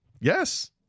Yes